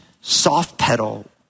soft-pedal